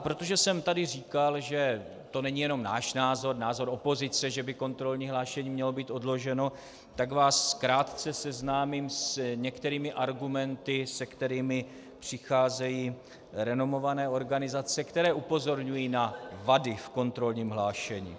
Protože jsem tady říkal, že to není jenom náš názor, názor opozice, že by kontrolní hlášení mělo být odloženo, tak vás krátce seznámím s některými argumenty, s kterými přicházejí renomované organizace, které upozorňují na vady v kontrolní hlášení.